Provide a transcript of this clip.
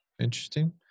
Interesting